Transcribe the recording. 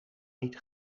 niet